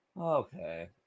Okay